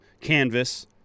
canvas